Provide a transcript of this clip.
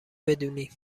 بدونی